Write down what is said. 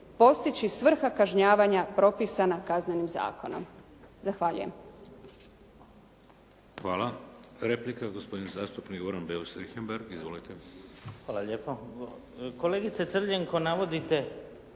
postići svrha kažnjavanja propisana Kaznenim zakonom. Zahvaljujem.